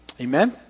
amen